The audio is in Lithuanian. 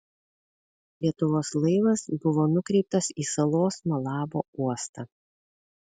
lietuvos laivas buvo nukreiptas į salos malabo uostą